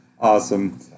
Awesome